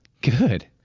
Good